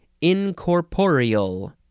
incorporeal